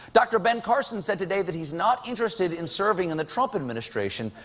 dr. ben carson said today that he's not interested in serving in the trump administration.